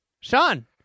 Sean